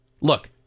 look